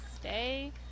Stay